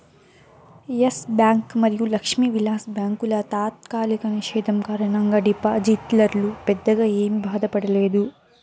yes bank మరియు లక్ష్మీ విలాస్ బ్యాంకుల తాత్కాలిక నిషేధం కారణంగా డిపాజిటర్లు పెద్దగా ఏమీ బాధపడలేదు